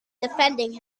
defending